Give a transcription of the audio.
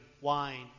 wine